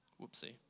Whoopsie